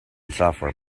software